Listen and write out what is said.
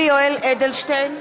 אדלשטיין,